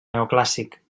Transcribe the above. neoclàssic